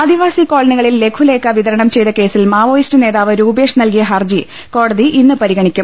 ആദിവാസി കോളനികളിൽ ലഖുലേഖ വിതരണം ചെയ്ത കേസിൽ മാവോയിസ്റ്റ് നേതാവ് രൂപേഷ് നൽകിയ ഹർജി കോടതി ഇന്ന് പരിഗണിക്കും